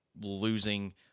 losing